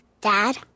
Dad